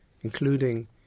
including